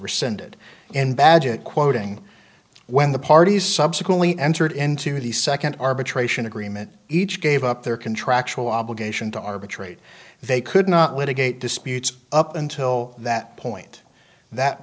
rescinded in badgett quoting when the parties subsequently entered into the second arbitration agreement each gave up their contractual obligation to arbitrate they could not win a gate disputes up until that point that